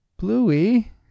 Bluey